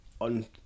on